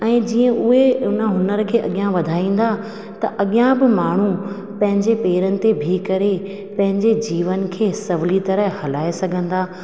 ऐं जीअं उहे उन हुनर खे अॻियां वधाईंदा त अॻियां बि माण्हू पंहिंजे पेरनि ते बीह करे पंहिंजे जीवन खे सहुली तरह हलाए सघंदा